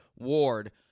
Ward